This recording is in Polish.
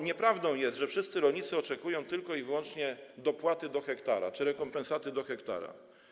Nieprawdą jest, że wszyscy rolnicy oczekują tylko i wyłącznie dopłaty do hektara czy rekompensaty do hektara.